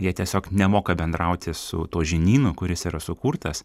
jie tiesiog nemoka bendrauti su tuo žinynu kuris yra sukurtas